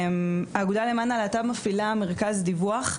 האגודה למען הלהט"ב מפעילה מרכז דיווח,